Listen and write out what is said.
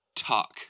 Talk